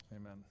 amen